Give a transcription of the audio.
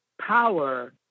power